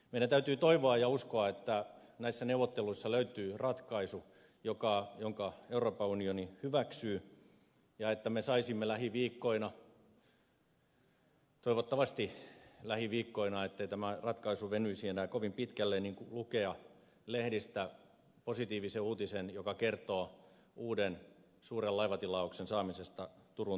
meidän täytyy toivoa ja uskoa että näissä neuvotteluissa löytyy ratkaisu jonka euroopan unioni hyväksyy ja että me saisimme lähiviikkoina toivottavasti lähiviikkoina ettei tämä ratkaisu venyisi enää kovin pitkälle lukea lehdistä positiivisen uutisen joka kertoo uuden suuren laivatilauksen saamisesta turun telakalle